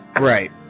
Right